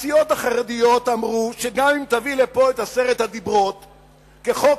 הסיעות החרדיות אמרו שגם אם תביא לפה את עשרת הדיברות כחוק-יסוד,